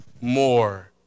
more